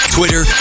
Twitter